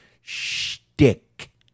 shtick